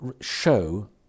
show